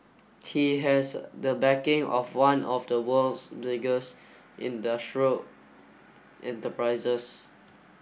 he has the backing of one of the world's biggest industrial enterprises